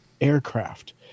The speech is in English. aircraft